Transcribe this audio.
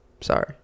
Sorry